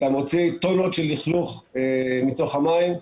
מוצאים טונות של לכלוך מתוך המים.